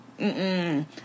mm-mm